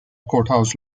courthouse